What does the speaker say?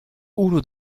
uno